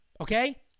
Okay